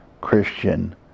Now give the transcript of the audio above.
Christian